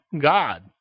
God